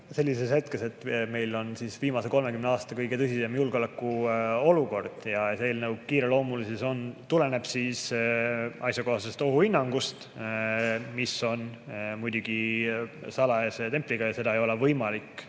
sellises hetkes, et meil on viimase 30 aasta kõige tõsisem julgeolekuolukord. Eelnõu kiireloomulisus tuleneb asjakohasest ohuhinnangust, mis on muidugi salajasuse templiga ja seda ei ole võimalik